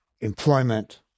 employment